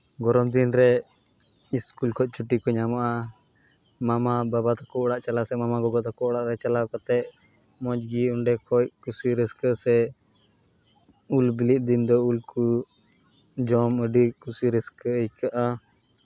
ᱜᱚᱨᱚᱢ ᱫᱤᱱ ᱨᱮ ᱥᱠᱩᱞ ᱠᱷᱚᱡ ᱪᱷᱩᱴᱤ ᱠᱚ ᱧᱟᱢᱚᱜᱼᱟ ᱢᱟᱢᱟ ᱵᱟᱵᱟ ᱛᱟᱠᱚᱣᱟᱜ ᱚᱲᱟᱜ ᱪᱟᱞᱟᱣ ᱥᱮ ᱢᱟᱢᱟ ᱜᱚᱜᱚ ᱛᱟᱠᱚᱣᱟᱜ ᱚᱲᱟᱜ ᱨᱮ ᱪᱟᱞᱟᱣ ᱠᱟᱛᱮᱫ ᱢᱚᱡᱽ ᱜᱤ ᱚᱸᱰᱮ ᱠᱷᱚᱡ ᱠᱩᱥᱤ ᱨᱟᱹᱥᱠᱟᱹ ᱥᱮ ᱩᱞ ᱵᱤᱞᱤᱜ ᱫᱤᱱ ᱫᱚ ᱩᱞ ᱠᱚ ᱡᱚᱢ ᱟᱹᱰᱤ ᱠᱩᱥᱤ ᱨᱟᱹᱥᱠᱟᱹ ᱟᱭᱠᱟᱹᱜᱼᱟ